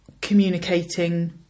communicating